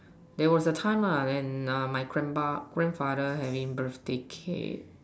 there was a time ah when err my grandpa grandfather having birthday cake